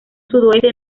sudoeste